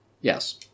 Yes